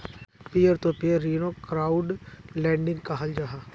पियर तो पियर ऋन्नोक crowd lending कहाल जाहा